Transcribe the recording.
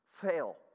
fail